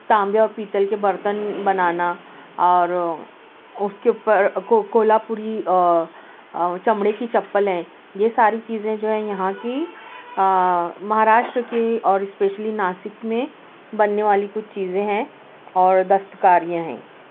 تانبے اور پیتل کے برتن بنانا اور اف کے اوپر کو کولاپوری چمڑے کی چپل ہیں یہ ساری چیزیں جو ہیں یہاں کی مہاراشٹر کی اور اسپیشلی ناسک میں بننے والی کچھ چیزیں ہیں اور دست کاریاں ہیں